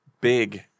big